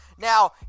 Now